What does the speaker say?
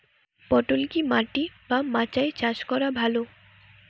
পটল কি মাটি বা মাচায় চাষ করা ভালো?